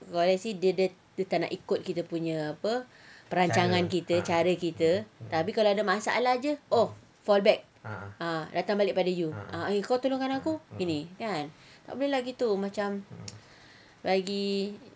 kalau let's say dia dia tak nak ikut kita punya apa perancangan kita cara kita tapi kalau ada masalah jer oh fall back ah datang balik pada you eh kau tolongkan aku gini kan tak boleh lah gitu macam bagi